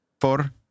four